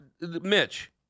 Mitch